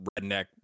redneck